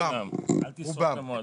אל תשרוף את המועדון.